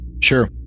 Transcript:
Sure